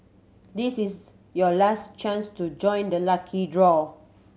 this is your last chance to join the lucky draw